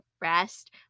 rest